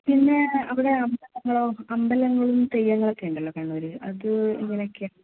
പിന്നെ അവിടെ അമ്പലങ്ങളോ അമ്പലങ്ങളും തെയ്യങ്ങളൊക്കെ ഉണ്ടല്ലോ കണ്ണൂർ അത് എങ്ങനെയൊക്കെയാണ്